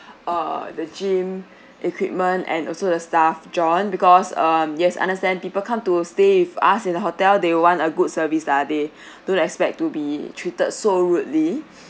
err the gym equipment and also the staff john because um yes understand people come to stay with us in the hotel they want a good service lah they don't expect to be treated so rudely